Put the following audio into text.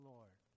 Lord